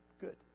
good